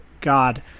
God